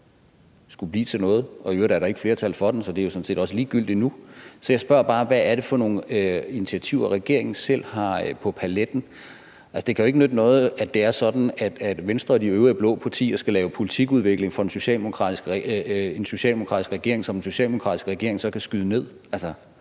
skulle blive til noget, og i øvrigt er der ikke flertal for den, så det er jo sådan set også ligegyldigt nu. Så jeg spørger bare, hvad det er for nogle initiativer, som regeringen selv har på paletten. Altså, det kan jo ikke nytte noget, at det er sådan, at Venstre og de øvrige blå partier skal lave politikudvikling for en socialdemokratisk regering, som den socialdemokratiske regering så kan skyde ned. Altså,